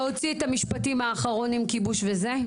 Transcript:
להוציא את המשפטים האחרונים עם כיבוש וזה,